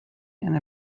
and